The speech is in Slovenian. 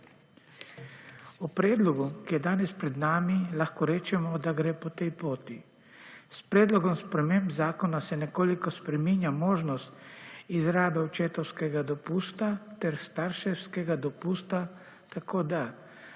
O predlogu, ki je danes pred nami lahko rečemo, da gre po tej poti. S predlogom sprememb zakona se nekoliko spreminja možnost izrabe očetovskega dopusta ter starševskega dopusta tako, da